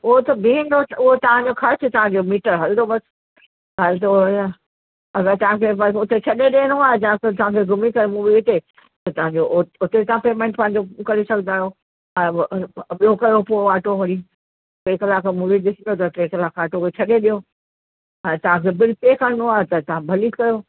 उहा त बीहंदो उहो तव्हांजो ख़र्चु तव्हांजो मीटर हलंदो बसि हलंदो या अगरि तव्हांखे बसि हुते छॾे ॾियणो आहे हुते तव्हां घुमी करे मूवी ते त उते तव्हां पेमेंट करे सघंदा आहियो ब ॿियो कयो पोइ ऑटो वरी टे कलाक मूवी ॾिसंदा त टे कलाक ऑटो के छॾे ॾियो हाणे तव्हांखे बिल पे करिणो आहे तव्हां भली कयो